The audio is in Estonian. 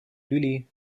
tüli